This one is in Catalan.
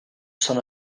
són